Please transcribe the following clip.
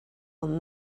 one